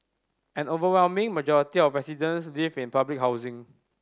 an overwhelming majority of residents live in public housing